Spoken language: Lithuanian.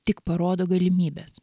tik parodo galimybes